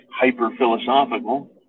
hyper-philosophical